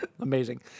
Amazing